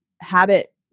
habit